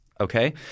Okay